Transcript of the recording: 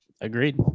Agreed